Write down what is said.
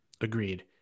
Agreed